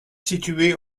situés